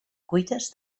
cuites